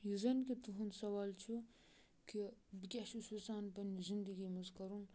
یُس زَن کہِ تُہُنٛد سوال چھُ کہِ بہٕ کیٛاہ چھُس یژھان پنٛنہِ زندگی منٛز کَرُن